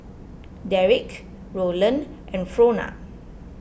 Derrick Rolland and Frona